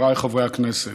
חבריי חברי הכנסת,